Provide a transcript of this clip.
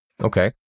Okay